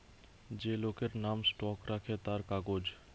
যে লোকের নাম স্টক রাখে তার কাগজ